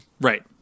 Right